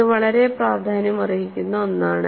ഇത് വളരെ പ്രാധാന്യമർഹിക്കുന്ന ഒന്നാണ്